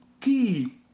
key